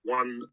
one